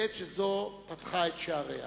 בעת שזו פתחה את שעריה.